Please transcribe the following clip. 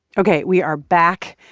ok. we are back.